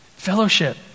Fellowship